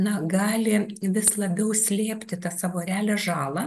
na gali vis labiau slėpti tą savo realią žalą